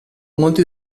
molti